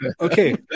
okay